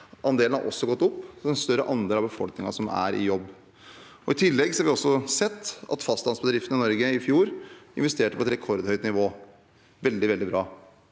har gått opp, og det er en større andel av befolkningen som er i jobb. I tillegg har vi også sett at fastlandsbedriftene i Norge i fjor investerte på et rekordhøyt nivå – veldig, veldig bra.